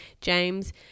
James